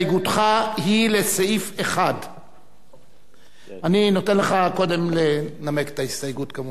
התשע"ג 2012. הסתייגותך היא לסעיף 1. אני נותן לך קודם לנמק את ההסתייגות.